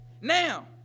Now